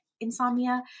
insomnia